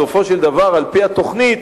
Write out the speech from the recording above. על-פי התוכנית,